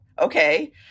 okay